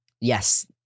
Yes